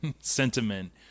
sentiment